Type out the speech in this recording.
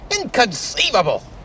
Inconceivable